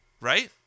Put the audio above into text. Right